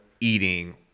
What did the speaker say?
eating